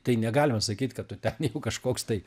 tai negalima sakyt kad tu ten jau kažkoks tai